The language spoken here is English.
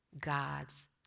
God's